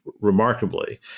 remarkably